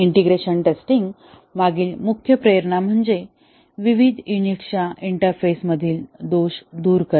integration testing मागील मुख्य प्रेरणा म्हणजे विविध युनिट्सच्या इंटरफेसमधील दोष दूर करणे